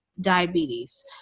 diabetes